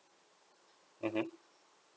mmhmm